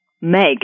meg